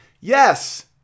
Yes